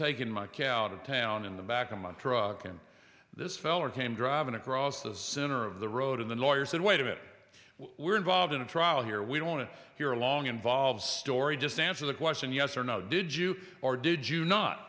taking my cow to town in the back of my truck and this feller came driving across the center of the road and the lawyer said wait a minute we're involved in a trial here we don't want to hear a long involved story just answer the question yes or no did you or did you not